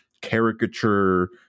caricature